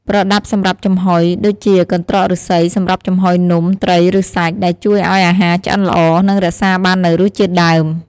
ប្រដាប់សម្រាប់ចំហុយ ៖ ដូចជា កន្ត្រកឫស្សីសម្រាប់ចំហុយនំ ត្រី ឬសាច់ ដែលជួយឱ្យអាហារឆ្អិនល្អ និងរក្សាបាននូវរសជាតិដើម។